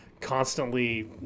constantly